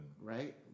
right